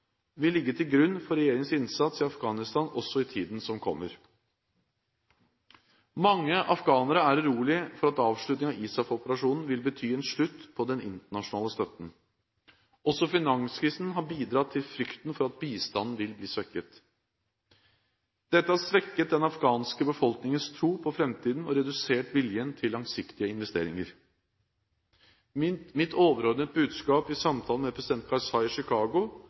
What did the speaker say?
til grunn for regjeringens innsats i Afghanistan også i tiden som kommer. Mange afghanere er urolige for at avslutningen av ISAF-operasjonen vil bety en slutt på den internasjonale støtten. Også finanskrisen har bidratt til frykten for at bistanden vil bli svekket. Dette har svekket den afghanske befolkningens tro på framtiden og redusert viljen til langsiktige investeringer. Mitt overordnede budskap i samtalen med president